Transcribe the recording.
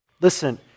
Listen